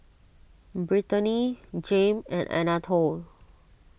Brittani Jame and Anatole